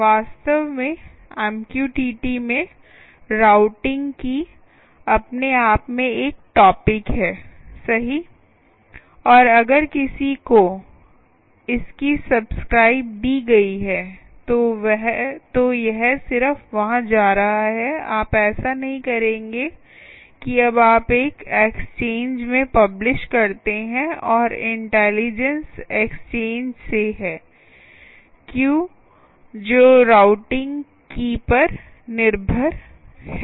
वास्तव में MQTT में राउटिंग की अपने आप में एक टॉपिक है सही और अगर किसी को इसकी सब्सक्राइब दी गई है तो यह सिर्फ वहाँ जा रहा है आप ऐसा नहीं करेंगे कि अब आप एक एक्सचेंज में पब्लिश करते हैं और इंटेलिजेंस एक्सचेंजexchange से है Q जो राउटिंग की पर निर्भर है